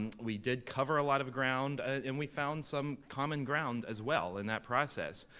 and we did cover a lot of ground, and we found some common ground as well in that process.